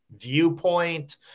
viewpoint